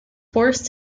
forced